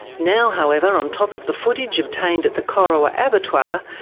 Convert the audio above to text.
now, however, on top of the footage obtained at the corowa abattoir,